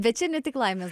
bet čia ne tik laimės